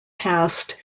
past